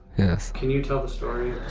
yes can you tell the story